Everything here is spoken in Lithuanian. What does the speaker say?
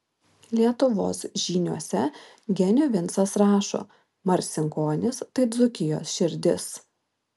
lietuvos žyniuose genių vincas rašo marcinkonys tai dzūkijos širdis